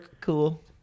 cool